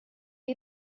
you